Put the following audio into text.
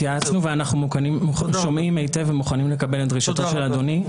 התייעצנו ואנחנו שומעים היטב ומוכנים לקבל את דרישות אדוני.